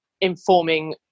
informing